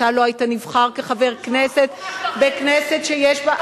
אתה לא היית נבחר כחבר כנסת בכנסת שיש בה,